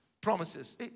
promises